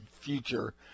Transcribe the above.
future